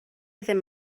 ddim